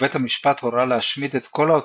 ובית המשפט הורה להשמיד את כל העותקים,